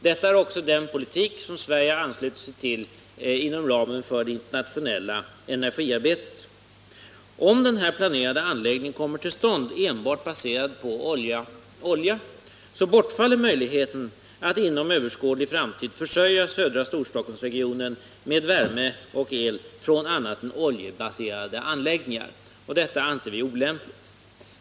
Det är också den politik som Sverige har anslutit sig till inom ramen för det internationella energiarbetet. Om den här planerade anläggningen kommer till stånd enbart baserad på olja, bortfaller möjligheten att inom överskådlig framtid försörja södra Storstockholmsregionen med värme och el från annat än oljebaserade anläggningar, och detta anser vi olämpligt.